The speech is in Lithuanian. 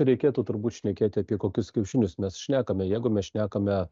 reikėtų turbūt šnekėti apie kokius kiaušinius mes šnekame jeigu mes šnekame